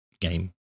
game